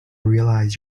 realize